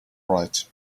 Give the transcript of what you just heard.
right